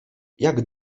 jak